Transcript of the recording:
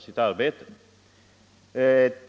sitt arbete på ett säkert sätt.